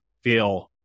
feel